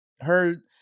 Heard